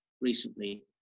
recently